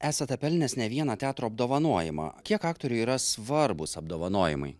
esate pelnęs ne vieną teatro apdovanojimą kiek aktoriui yra svarbūs apdovanojimai